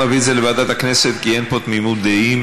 אנחנו נעביר את זה לוועדת הכנסת כי אין פה תמימות דעים.